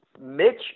Mitch